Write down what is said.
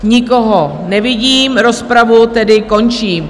Nikoho nevidím, rozpravu tedy končím.